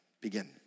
Begin